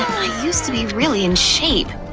i used to be really in shape.